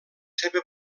seva